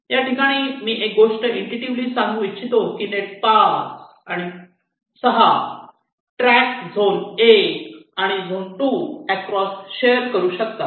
या ठिकाणी मी एक गोष्ट इंट्यूटीव्हली सांगू इच्छितो की नेट 5 आणि 6 ट्रॅक झोन 1 आणि झोन 2 अक्रॉस शेअर करू शकतात